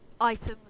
items